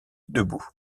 debout